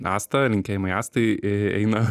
asta linkėjimai astai e eina